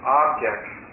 objects